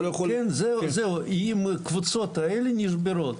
ד"ר בוריס שטיבלמן, בבקשה אדוני.